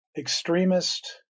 extremist